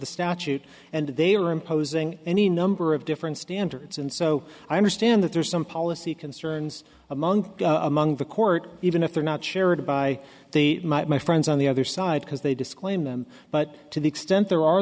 the statute and they are imposing any number of different standards and so i understand that there are some policy concerns among among the court even if they're not shared by the might my friends on the other side because they disclaim them but to the extent there are